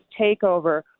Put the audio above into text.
takeover